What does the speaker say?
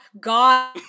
God